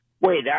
Wait